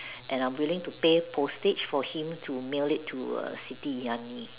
and I'm willing to pay postage for him to mail it to err Siti-Yani